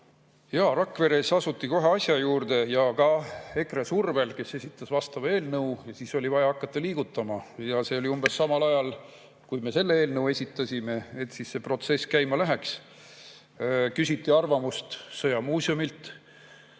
Jah, Rakveres asuti kohe asja juurde ja ka EKRE survel, kes esitas vastava eelnõu. Ja siis oli vaja hakata liigutama. See oli umbes samal ajal, kui me selle eelnõu esitasime, et siis see protsess käima läheks. Küsiti arvamust sõjamuuseumilt.